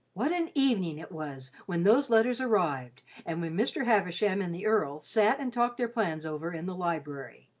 what an evening it was when those letters arrived, and when mr. havisham and the earl sat and talked their plans over in the library!